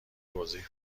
توضیح